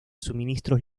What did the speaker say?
suministros